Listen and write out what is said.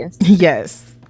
yes